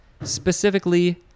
specifically